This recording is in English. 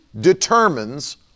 determines